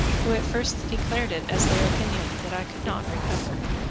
who at first declared it as their opinion that i could not recover.